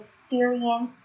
experience